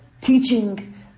teaching